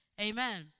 Amen